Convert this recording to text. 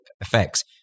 effects